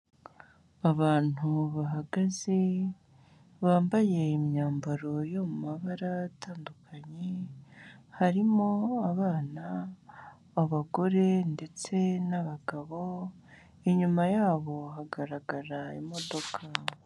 Abantu bahagaze bambaye imyambaro yo mu mabara atandukanye, harimo abana, abagore ndetse n'abagabo, inyuma yabo hagaragara imodoka.